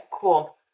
cool